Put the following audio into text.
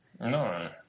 No